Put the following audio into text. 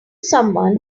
someone